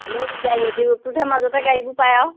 হ'লেও দিগদাৰ এইটা ৰুটোতেহ মাজতে গাড়ীবোৰ পাই আৰু